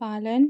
पालन